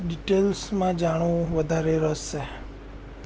ડિટેઇલ્સમાં જાણવું વધારે રસ છે